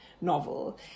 novel